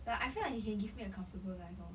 like I feel like he can give me a comfortable life lor